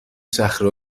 صخره